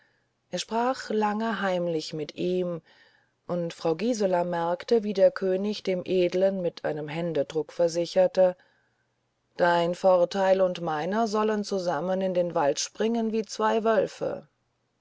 er sprach lange heimlich mit ihm und frau gisela merkte wie der könig dem edlen mit einem händedruck versicherte dein vorteil und meiner sollen zusammen in den wald springen wie zwei wölfe